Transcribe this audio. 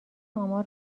آمار